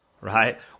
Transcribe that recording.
right